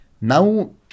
now